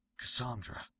Cassandra